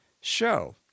show